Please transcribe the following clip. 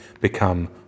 become